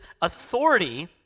authority